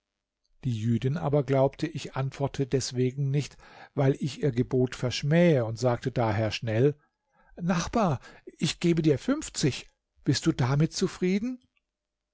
die jüdin aber glaubte ich antworte deswegen nicht weil ich ihr gebot verschmähe und sagte daher schnell nachbar ich gebe dir fünfzig bist du damit zufrieden